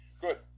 Good